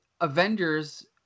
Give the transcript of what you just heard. avengers